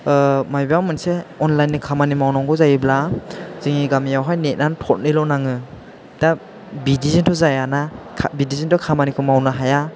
माबेबा मोनसे अनलाइननि खामानि मावनांगौ जायोब्ला जोंनि गामियावहाय नेथानो थरनैल' नाङो दा बिदिजोंथ' जाया ना बिदिजोंथ' खामानिखौ मावनो हाया